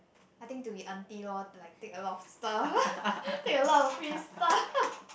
I think to be auntie lor like take a lot of stuff take a lot of free stuff